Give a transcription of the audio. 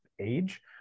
age